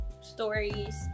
stories